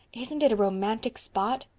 isn't it a romantic spot?